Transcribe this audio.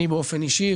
אני באופן אישי,